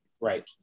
Right